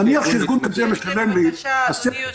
נניח שארגון כזה משלם לי לארנונה,